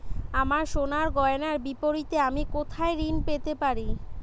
আমার সোনার গয়নার বিপরীতে আমি কোথায় ঋণ পেতে পারি?